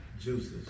juices